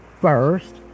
first